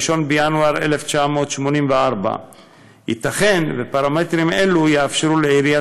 1 בינואר 1984. ייתכן שפרמטרים אלו יאפשרו לעיריית